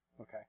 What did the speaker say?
Okay